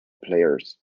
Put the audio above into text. players